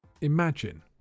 Imagine